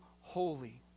Holy